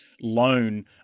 loan